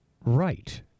Right